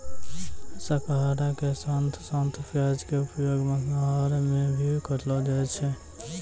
शाकाहार के साथं साथं प्याज के उपयोग मांसाहार मॅ भी करलो जाय छै